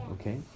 Okay